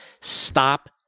Stop